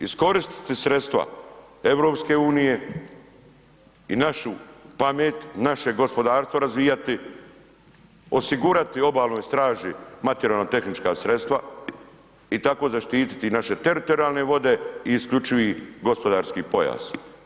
Iskoristite sredstva EU-a i našu pamet, naše gospodarstvo razvijati, osigurati Obalnoj straži materijalno-tehnička sredstva i tako zaštititi i naše teritorijalne vode i isključivi gospodarski pojas.